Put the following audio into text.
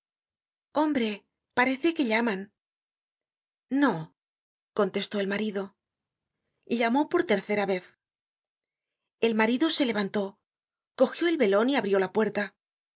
hombre me parece que llaman no contestó el marido llamó por tercera vez content from google book search generated at el marido se levantó cogió el velon y abrió la puerta era